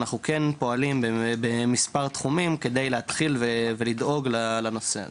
אנחנו כן פועלים במספר תחומים כדי להתחיל ולדאוג לנושא הזה.